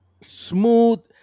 smooth